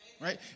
right